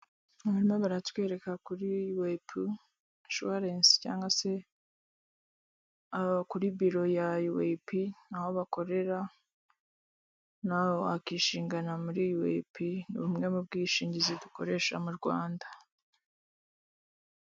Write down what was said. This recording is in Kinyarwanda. Barimo baratwereka kuri yuweipi inshuwarensi cyangwa se kuri biro ya yuweipi aho bakorera na wakishingana muri yuweipi, ni ubumwe mu bwishingizi dukoresha mu Rwanda.